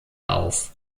auf